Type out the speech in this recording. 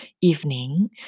evening